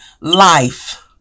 life